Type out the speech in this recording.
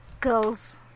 girls